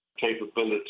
capability